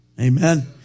Amen